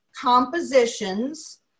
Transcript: compositions